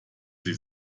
sie